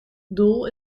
doel